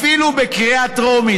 אפילו בקריאה הטרומית.